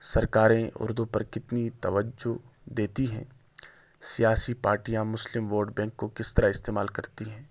سرکاریں اردو پر کتنی توجہ دیتی ہیں سیاسی پارٹیاں مسلم ووٹ بینک کو کس طرح استعمال کرتی ہیں